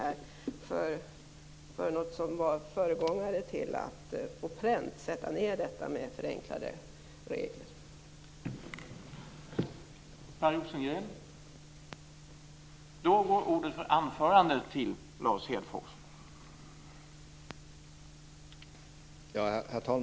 Det var något av en föregångare till att sätta ned detta med förenklade regler på pränt.